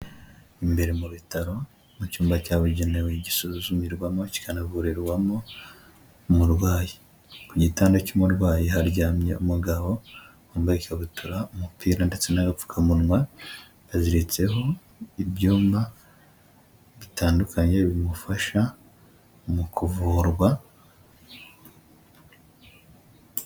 Imbere mu bitaro mu cyumba cyabugenewe gisuzumirwamo kikanavurirwamo umurwayi, ku gitanda cy'umurwayi haryamye umugabo wambaye ikabutura, umupira ndetse n'abapfukamunwa yaziritseho ibyuma bitandukanye bimufasha mu kuvurwa.